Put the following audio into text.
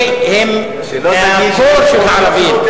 שלא תגיד, אלה הם מהמקור של הערבים.